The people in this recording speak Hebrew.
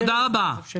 תודה.